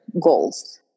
goals